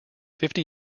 fifty